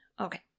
Okay